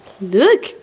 Look